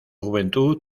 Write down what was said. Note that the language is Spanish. juventud